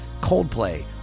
Coldplay